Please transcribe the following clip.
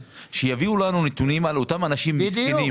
שיביאו לנו נתונים על אותם אנשים מסכנים --- בדיוק,